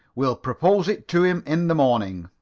we'll propose it to him in the morning.